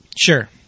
Sure